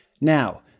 Now